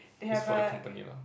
it's for the company lah